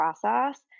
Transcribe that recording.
process